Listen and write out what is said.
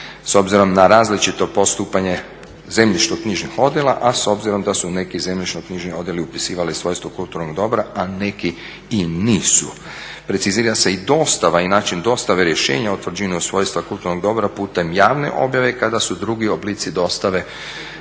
s obzirom na različito postupanje zemljišno-knjižnih odjela, a s obzirom da su neki zemljišno-knjiži odjeli upisivali svojstvo kulturnog dobra, a neki i nisu. Precizira se i dostava i način dostave rješenja o utvrđivanju svojstva kulturnog dobra putem javne objave kada su drugi oblici dostave